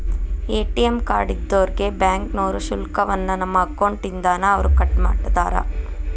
ATM card ಇದ್ದೋರ್ಗೆ ಬ್ಯಾಂಕ್ನೋರು ಶುಲ್ಕವನ್ನ ನಮ್ಮ ಅಕೌಂಟ್ ಇಂದಾನ ಅವ್ರ ಕಟ್ಮಾಡ್ತಾರ